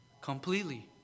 completely